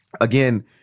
again